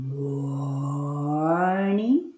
morning